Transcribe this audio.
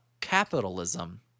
capitalism –